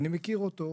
אני מכיר אותו,